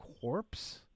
corpse